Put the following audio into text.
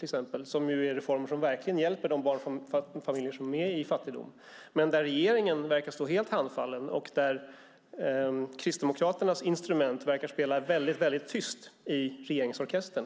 Det är reformer som verkligen hjälper de fattiga barnfamiljerna. Regeringen verkar stå helt handfallen, och Kristdemokraternas instrument verkar spela tyst i regeringsorkestern.